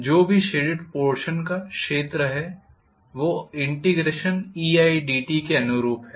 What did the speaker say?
जो भी shaded portion का क्षेत्र है वो eidt के अनुरूप है